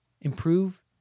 Improve